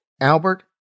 Albert